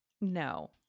No